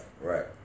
right